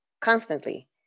constantly